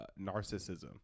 narcissism